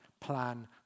plan